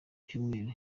cyumweru